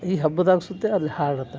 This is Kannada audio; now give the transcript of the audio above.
ಈ ಹಬ್ದಾಗ ಸುತೆ ಅಲ್ಲಿ ಹಾಡತೆ